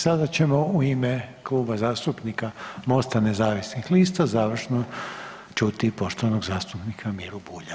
Sada ćemo u ime Kluba zastupnika MOST-a nezavisnih lista završno čuti poštovanog zastupnika Miru Bulja.